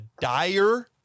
dire